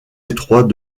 étroit